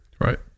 Right